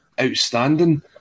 outstanding